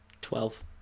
Twelve